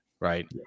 right